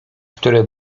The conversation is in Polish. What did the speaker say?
które